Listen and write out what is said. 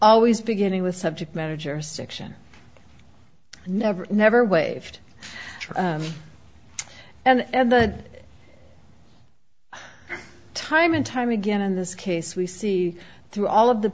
always beginning with subject matter jurisdiction never never waived and that time and time again in this case we see through all of the